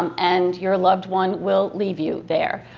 um and your loved one will leave you there.